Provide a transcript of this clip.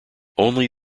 only